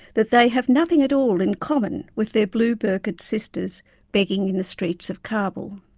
that they have nothing at all in common with their blue-burqa'd sisters begging in the streets of kabul.